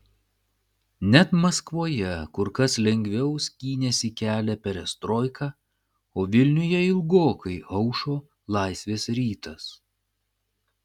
net maskvoje kur kas lengviau skynėsi kelią perestroika o vilniuje ilgokai aušo laisvės rytas